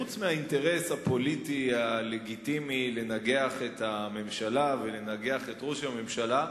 חוץ מהאינטרס הפוליטי הלגיטימי לנגח את הממשלה ולנגח את ראש הממשלה,